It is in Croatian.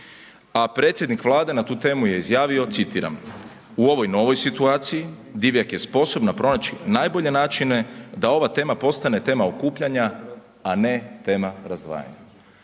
a predsjednik Vlade je na tu temu je izjavio, citiram, u ovoj novoj situaciji, Divjak je sposobna pronaći najbolje načine da ova tema postane tema okupljanja, a ne tema razdvajanja.